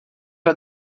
are